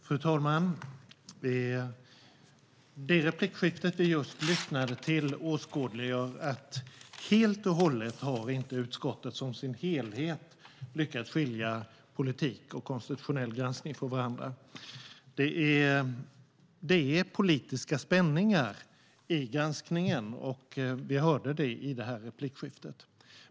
Fru talman! Det replikskifte som vi just lyssnade till åskådliggör att vi i utskottet som helhet inte helt och hållet har lyckats skilja politik och konstitutionell granskning från varandra. Det är politiska spänningar i granskningen, och vi hörde det i detta replikskifte.